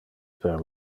per